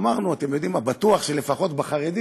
אמרנו: אתם יודעים מה, בטוח שלפחות בחרדים